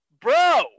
bro